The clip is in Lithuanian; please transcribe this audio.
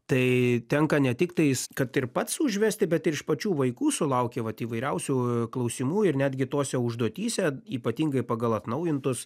tai tenka ne tik tais kad ir pats užvesti bet ir iš pačių vaikų sulauki vat įvairiausių klausimų ir netgi tose užduotyse ypatingai pagal atnaujintus